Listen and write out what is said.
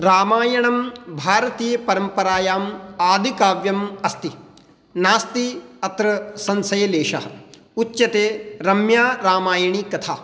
रामायणं भारतीयपरम्परायाम् आदिकाव्यम् अस्ति नास्ति अत्र संसयलेशः उच्यते रम्या रामायणी कथा